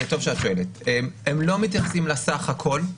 הם לא מתייחסים לסך הכול,